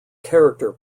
character